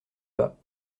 bas